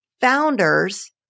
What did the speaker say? founders